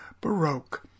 Baroque